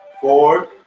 four